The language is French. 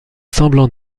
semblant